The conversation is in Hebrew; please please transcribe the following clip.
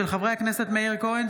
של חברי הכנסת מאיר כהן,